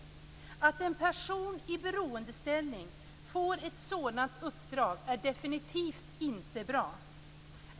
Att en person i beroendeställning får ett sådant uppdrag är definitivt inte bra.